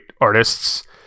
artists